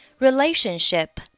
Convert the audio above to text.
Relationship